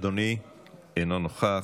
אינו נוכח,